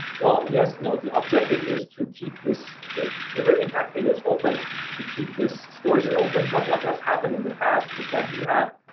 well yes, the objective is to keep this river impact areas open to keep this storage area open. but what has happened in the past is that we have,